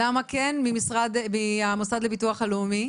למה כן, מהמוסד לביטוח הלאומי.